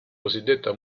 cosiddetta